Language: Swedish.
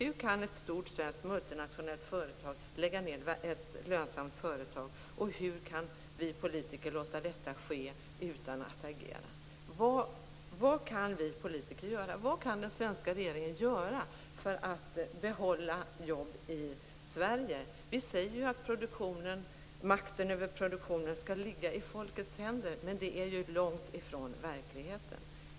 Hur kan ett stort svenskt multinationellt företag lägga ned ett lönsamt företag, och hur kan vi politiker låta detta ske utan att agera? Vad kan vi politiker göra? Vad kan den svenska regeringen göra för att behålla jobb i Sverige?